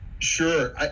Sure